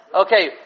Okay